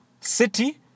City